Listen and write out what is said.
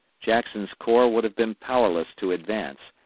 jackson's corps would have been powerless to advance,